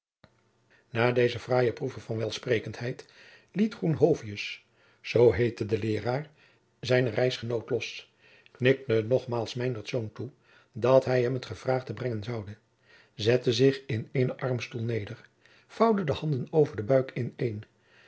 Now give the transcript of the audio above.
na deze fraaie proeve van welsprekendheid liet groenhovius zoo heette de leeraar zijnen reisgenoot los knikte nogmaals meinertz toe dat hij hem het gevraagde brengen zoude zette zich in eenen armstoel neder vouwde de handen over den buik ineen en